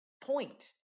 point